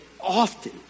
often